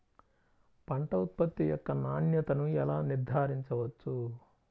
పంట ఉత్పత్తి యొక్క నాణ్యతను ఎలా నిర్ధారించవచ్చు?